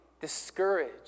discouraged